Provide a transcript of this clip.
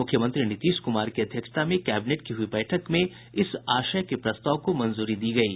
मुख्यमंत्री नीतीश कुमार की अध्यक्षता में कैबिनेट की हुई बैठक में इस आशय के प्रस्ताव को मंजूरी दी गयी